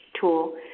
tool